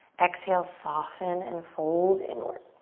exhale, soften and fold inward.